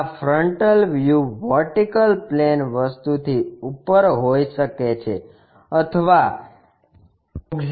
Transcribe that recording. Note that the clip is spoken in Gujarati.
આ ફ્રન્ટલ વ્યૂ વર્ટિકલ પ્લેન વસ્તુથી ઉપર હોઇ શકે છે અથવા A